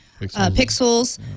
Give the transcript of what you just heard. pixels